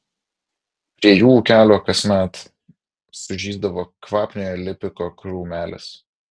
prie jų ūkelio kasmet sužysdavo kvapniojo lipiko krūmelis